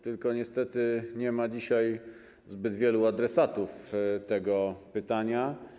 Tylko niestety nie ma dzisiaj zbyt wielu adresatów tego pytania.